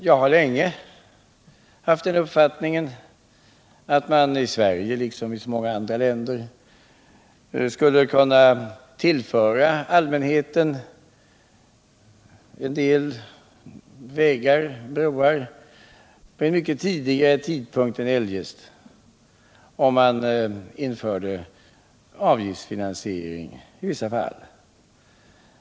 Jag har länge haft den uppfattningen att man i Sverige liksom i många andra länder skulle kunna tillföra allmänheten en del vägar och broar vid mycket tidigare tidpunkt än eljest skulle bli möjligt om man i vissa fall införde avgiftsfinansiering.